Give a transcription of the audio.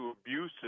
abusive